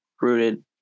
rooted